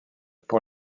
pour